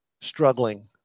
struggling